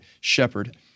shepherd